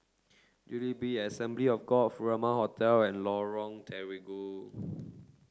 Jubilee Assembly of God Furama Hotel and Lorong Terigu